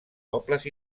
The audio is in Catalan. pobles